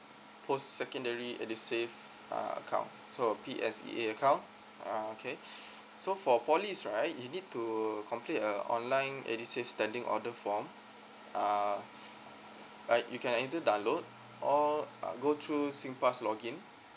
post secondary edusave uh account so a P_S_E_A account uh okay so for polys right you need to complete a online edusave standing order form uh you can either download or go through singpass login